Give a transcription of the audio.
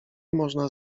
można